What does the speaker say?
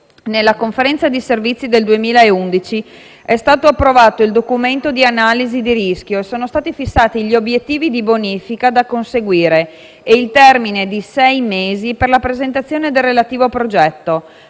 Nella Conferenza di servizi del 2011 è stato approvato il documento di analisi di rischio, sono stati fissati gli obiettivi di bonifica da conseguire e il termine di sei mesi per la presentazione del relativo progetto.